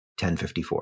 1054